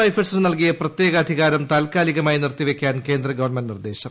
അസം റൈഫിൾസിന് നൽകിയ പ്രത്യേക അധികാരം താൽക്കാലികമായി നിർത്തിവയ്ക്കാൻ കേന്ദ്ര ഗവൺമെന്റ് നിർദ്ദേശം